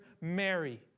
Mary